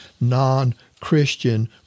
non-Christian